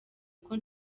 uko